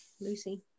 Lucy